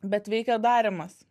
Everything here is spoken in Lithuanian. bet veikia darymas